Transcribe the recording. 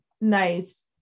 Nice